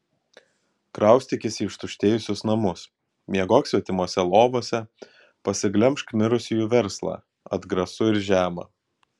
kraustykis į ištuštėjusius namus miegok svetimose lovose pasiglemžk mirusiųjų verslą atgrasu ir žema